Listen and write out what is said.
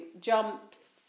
jumps